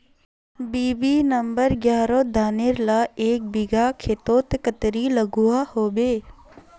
BB number एगारोह धानेर ला एक बिगहा खेतोत कतेरी लागोहो होबे?